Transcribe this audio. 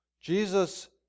jesus